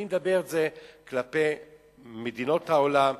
אני מדבר כלפי מדינות העולם.